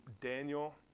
Daniel